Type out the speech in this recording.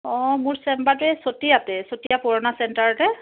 অঁ মোৰ চেম্বাৰটো এই চতিয়াতে চতিয়া পুৰণা চেণ্টাৰতে